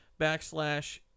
backslash